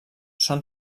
són